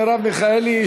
מרב מיכאלי,